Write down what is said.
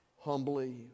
humbly